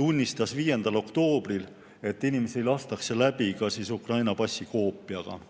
tunnistas 5. oktoobril, et inimesi lastakse läbi ka Ukraina passi koopiaga.